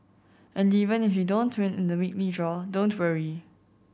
and even if you don't win in the weekly draw don't worry